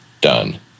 done